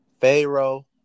Pharaoh